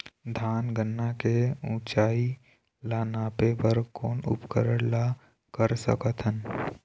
धान गन्ना के ऊंचाई ला नापे बर कोन उपकरण ला कर सकथन?